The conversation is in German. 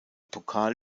pokal